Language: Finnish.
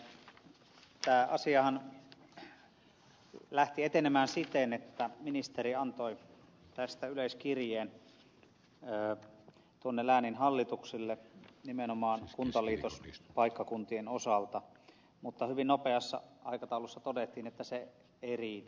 nimittäin tämä asiahan lähti etenemään siten että ministeri antoi tästä yleiskirjeen lääninhallituksille nimenomaan kuntaliitospaikkakuntien osalta mutta hyvin nopeassa aikataulussa todettiin että se ei riitä